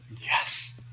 Yes